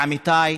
לעמיתיי,